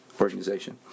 organization